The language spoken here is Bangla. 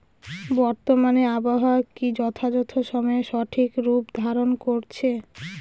বর্তমানে আবহাওয়া কি যথাযথ সময়ে সঠিক রূপ ধারণ করছে?